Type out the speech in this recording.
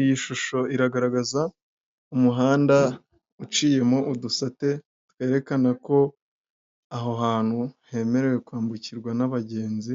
Iyi shusho iragaragaza umuhanda uciyemo udusate twerekana ko aho hantu hemerewe kwambukirwa n'abagenzi